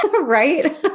Right